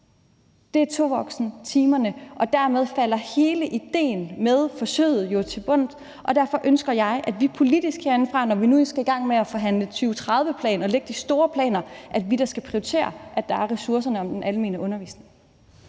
Det er tovoksentimerne, og dermed falder hele idéen med forsøget jo til jorden, og derfor ønsker jeg da, at vi politisk herindefra, når vi nu skal i gang med at forhandle en 2030-plan og lægge de store planer, skal prioritere, at der er ressourcerne i den almene undervisning.